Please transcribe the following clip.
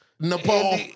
Nepal